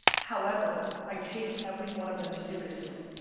however, i take every one of them seriously.